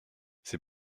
c’est